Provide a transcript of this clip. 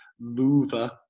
mover